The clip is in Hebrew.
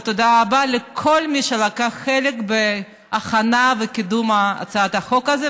ותודה רבה לכל מי שלקח חלק בהכנה וקידום הצעת החוק הזאת,